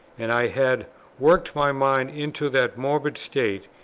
and i had worked my mind into that morbid state,